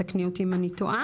תקני אותי אם אני טועה.